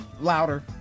Louder